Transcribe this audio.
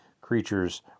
creatures